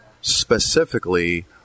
specifically